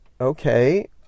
okay